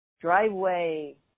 driveway